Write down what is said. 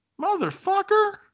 motherfucker